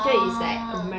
orh